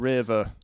River